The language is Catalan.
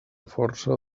força